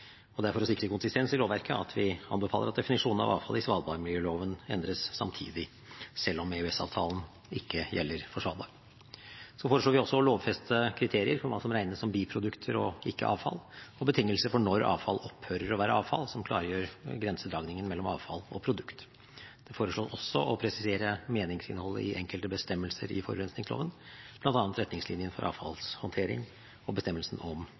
Det er for å sikre konsistens i lovverket at vi anbefaler at definisjonen av avfall i svalbardmiljøloven endres samtidig, selv om EØS-avtalen ikke gjelder for Svalbard. Vi foreslår også å lovfeste kriterier for hva som regnes som biprodukter og ikke avfall, og betingelser for når avfall opphører å være avfall, som klargjør grensedragningen mellom avfall og produkt. Det foreslås også å presisere meningsinnholdet i enkelte bestemmelser i forurensningsloven, bl.a. retningslinjen for avfallshåndtering og bestemmelsen om